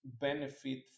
benefit